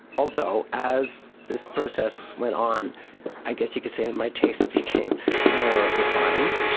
although as this process went on i guess you could say my tastes became more refined.